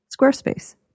Squarespace